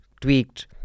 tweaked